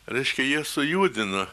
reiškia jie sujudino